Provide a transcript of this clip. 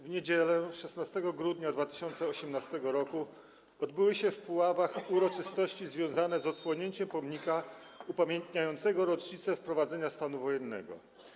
W niedzielę, 16 grudnia 2018 r., odbyły się w Puławach uroczystości związane z odsłonięciem pomnika upamiętniającego rocznicę wprowadzenia stanu wojennego.